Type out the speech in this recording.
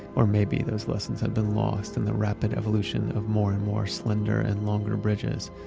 or maybe those lessons have been lost in the rapid evolution of more and more slender and longer bridges.